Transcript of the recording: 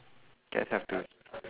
guess have to